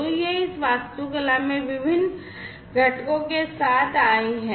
तो यह इस वास्तुकला में इन विभिन्न घटकों के साथ आए हैं